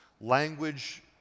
language